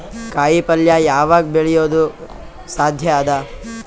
ಕಾಯಿಪಲ್ಯ ಯಾವಗ್ ಬೆಳಿಯೋದು ಸಾಧ್ಯ ಅದ?